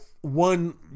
one